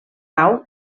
nau